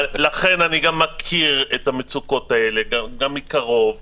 אני מכיר את המצוקות האלה מקרוב ואני חושב שצריך לשקול את